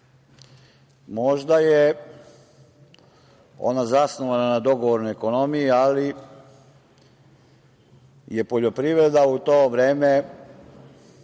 Možda je ona zasnovana na dogovornoj ekonomiji, ali je poljoprivreda u to vreme